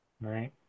Right